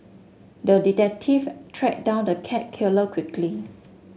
the detective tracked down the cat killer quickly